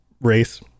race